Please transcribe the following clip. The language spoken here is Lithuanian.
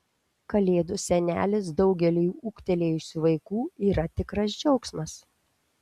kalėdų senelis daugeliui ūgtelėjusių vaikų yra tikras džiaugsmas